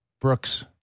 Brooks